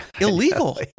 illegal